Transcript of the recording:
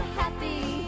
happy